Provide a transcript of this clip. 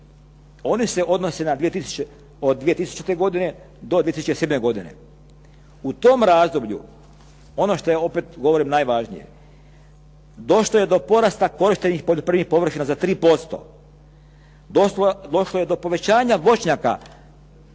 One se odnose od 2000. do 2007. godine. U tom razdoblju, ono što je opet govorim najvažnije, došlo je do porasta korištenih poljoprivrednih površina za 3%. Došlo je do povećanja voćnjaka